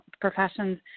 professions